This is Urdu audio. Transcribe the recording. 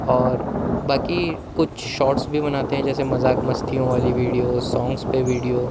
اور باقی کچھ شاٹس بھی بناتے ہیں جیسے مذاق مستیوں والی ویڈیوز سانگس پہ ویڈیو